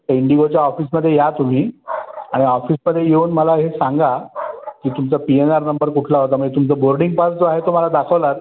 इंडिगोच्या ऑफिसमध्ये या तुम्ही आणि ऑफिसमध्ये येऊन मला हे सांगा की तुमचा पी एन आर नंबर कुठला होता म्हणजे तुमचा बोर्डिंग पास जो आहे तो मला दाखवलात